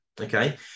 okay